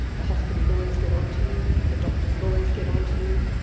the hospital lawyers get on to you, the doctors' lawyers get on to you,